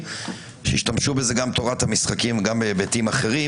השתמשו בזה גם תורת המשחקים גם בהיבטים אחרים